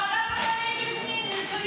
אז ועדת עררים בפנים, מצוין.